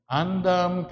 andam